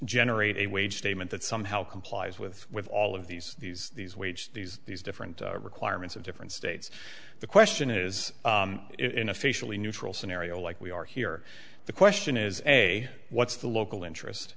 generate a wage statement that somehow complies with with all of these these these wage these these different requirements of different states the question is in officially neutral scenario like we are here the question is a what's the local interest